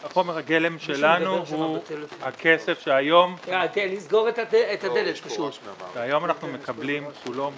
חומר הגלם שלנו הוא הכסף שהיום אנחנו מקבלים כולו מהבנקים,